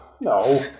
No